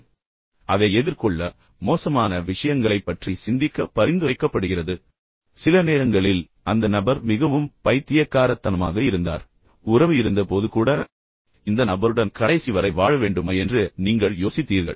இப்போது அதை எதிர்கொள்ள மோசமான விஷயங்களைப் பற்றி சிந்திக்க பரிந்துரைக்கப்படுகிறது சில நேரங்களில் அந்த நபர் மிகவும் பைத்தியக்காரத்தனமாகவும் வெறித்தனமாகவும் இருந்தார் உங்களை எரிச்சலூட்டினார் உறவு இருந்த போது கூட இந்த நபருடன் கடைசி வரை வாழ வேண்டுமா என்று நீங்கள் யோசித்தீர்கள்